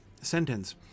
sentence